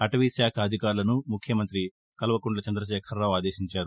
అటవీశాఖ అధికారులను ముఖ్యమంత్రి కల్వకుంట్లు చంద్రశేఖర రావు ఆదేశించారు